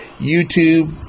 youtube